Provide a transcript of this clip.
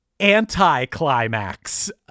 anti-climax